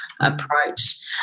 approach